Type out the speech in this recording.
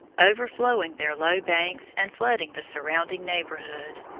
overflowing their low banks and flooding the surrounding neighbourhood.